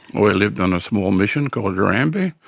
we lived on a small mission called erambie.